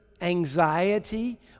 anxiety